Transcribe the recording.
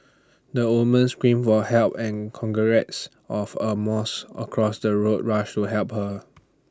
the woman screamed for help and congrats of A moss across the road rushed to help her